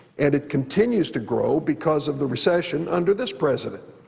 and it continues to grow because of the recession under this president.